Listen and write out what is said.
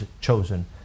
chosen